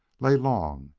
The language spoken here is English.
lay long,